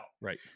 Right